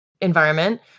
environment